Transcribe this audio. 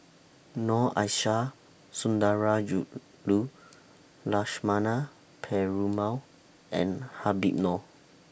Noor Aishah Sundarajulu Lakshmana Perumal and Habib Noh